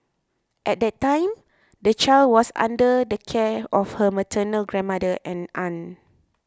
at that time the child was under the care of her maternal grandmother and aunt